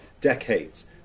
decades